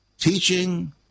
teaching